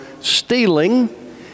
stealing